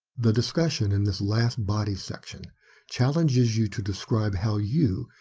the discussion in this last body section challenges you to describe how you,